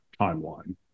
timeline